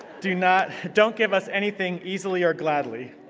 do not don't give us anything easily or gladly.